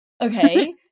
Okay